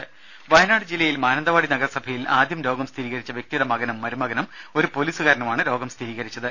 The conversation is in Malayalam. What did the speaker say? രുമ വയനാട് ജില്ലയിൽ മാനന്തവാടി നഗരസഭയിൽ ആദ്യം രോഗം സ്ഥിരീകരിച്ച വ്യക്തിയുടെ മകനും മരുമകനും ഒരു പൊലീസുകാരനുമാണ് രോഗം സ്ഥിരീകരിച്ചത്